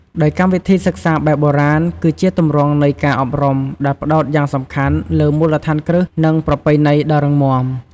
ដោយកម្មវិធីសិក្សាបែបបុរាណ គឺជាទម្រង់នៃការអប់រំដែលផ្តោតយ៉ាងសំខាន់លើ មូលដ្ឋានគ្រឹះ និង ប្រពៃណី ដ៏រឹងមាំ។